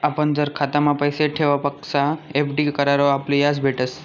आपण जर खातामा पैसा ठेवापक्सा एफ.डी करावर आपले याज भेटस